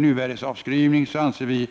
Nyvärdesavskrivning anser vi